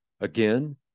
Again